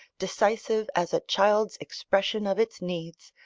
decisive as a child's expression of its needs,